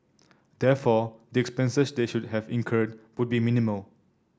therefore the expenses they should have incurred would be minimal